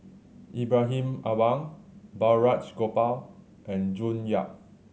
Ibrahim Awang Balraj Gopal and June Yap